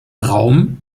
raum